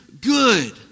good